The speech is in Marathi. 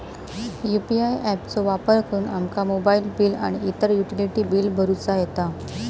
यू.पी.आय ऍप चो वापर करुन आमका मोबाईल बिल आणि इतर युटिलिटी बिला भरुचा येता